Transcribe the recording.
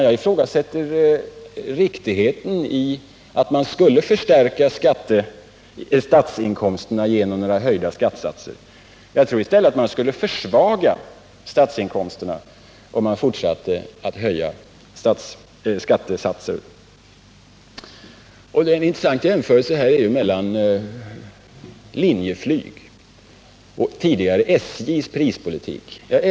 Jag ifrågasätter riktigheten i att man skulle förstärka statsinkomsterna på det sättet. Jag tror att man i stället skulle försvaga statsinkomsterna om man fortsatte att höja skattesatserna. Det är intressant att göra en jämförelse mellan Linjeflygs och SJ:s tidigare prispolitik.